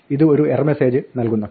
ഇത് ഒരു error message നൽകുന്നു